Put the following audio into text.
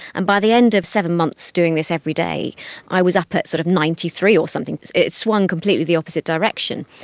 and by the end of seven months doing this every day i was up at sort of ninety three or something, it swung completely the opposite direction.